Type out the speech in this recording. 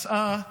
מצאה